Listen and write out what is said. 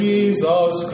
Jesus